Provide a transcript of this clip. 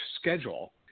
schedule